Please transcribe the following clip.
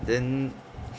then